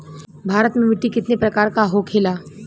भारत में मिट्टी कितने प्रकार का होखे ला?